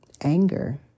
anger